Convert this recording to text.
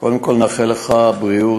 קודם כול נאחל לך בריאות,